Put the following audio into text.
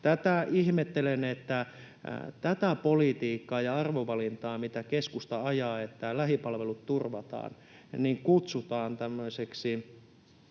Ihmettelen, että tätä politiikkaa ja arvovalintaa, mitä keskusta ajaa, että lähipalvelut turvataan, kutsutaan tämmöiseksi